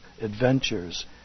adventures